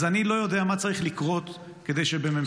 אז אני לא יודע מה צריך לקרות כדי שבממשלת